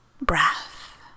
breath